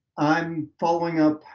i'm following up.